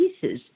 pieces